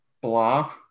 blah